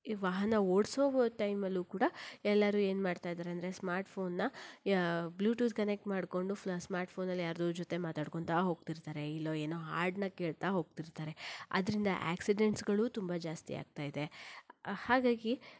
ಈ ವಾಹನ ಓಡಿಸೋ ಟೈಮಲ್ಲೂ ಕೂಡ ಎಲ್ಲರು ಏನು ಮಾಡ್ತಾ ಇದ್ದಾರೆ ಅಂದರೆ ಸ್ಮಾರ್ಟ್ ಫೋನನ್ನು ಬ್ಲೂಟೂತ್ ಕನೆಕ್ಟ್ ಮಾಡಿಕೊಂಡು ಸ್ಮಾರ್ಟ್ ಫೋನಲ್ಲಿ ಯಾರದೋ ಜೊತೆ ಮಾತಾಡ್ಕೊತಾ ಹೋಗಿರ್ತಾರೆ ಇಲ್ಲ ಏನೋ ಹಾಡನ್ನ ಕೇಳ್ತಾ ಹೋಗಿರ್ತಾರೆ ಅದರಿಂದ ಆಕ್ಸಿಡೆಂಟ್ಸ್ಗಳು ತುಂಬ ಜಾಸ್ತಿಯಾಗ್ತಾ ಇದೆ ಹಾಗಾಗಿ